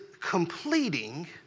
completing